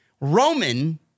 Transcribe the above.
Roman